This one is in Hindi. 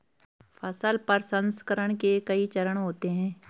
फसल प्रसंसकरण के कई चरण होते हैं